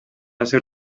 hace